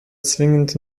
zwingend